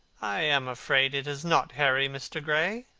i am afraid it is not harry, mr. gray,